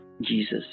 Jesus